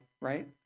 right